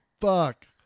fuck